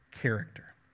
character